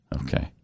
Okay